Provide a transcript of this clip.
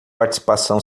participação